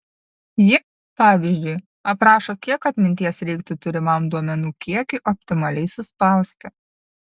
ji pavyzdžiui aprašo kiek atminties reiktų turimam duomenų kiekiui optimaliai suspausti